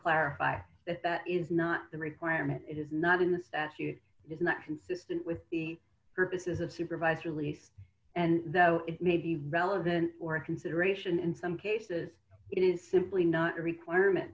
clarify that that is not the requirement it is not in the statute is not consistent with the purposes of supervised release and though it may be relevant or consideration in some cases it is simply not a requirement